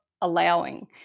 allowing